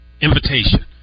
Invitation